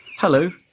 Hello